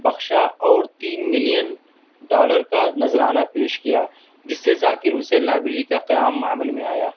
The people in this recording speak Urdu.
بخشا اور تین ملین ڈالر کا نذرانہ پیش کیا جس سے ذاکر حسین لائبریری کا قیام عمل میں آیا